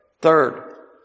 third